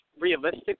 realistic